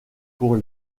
pour